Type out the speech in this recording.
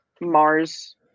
mars